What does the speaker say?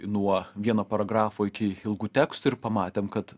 nuo vieno paragrafo iki ilgų tekstų ir pamatėm kad